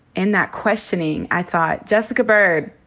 in that questioning, i thought, jessica byrd,